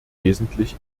wesentlich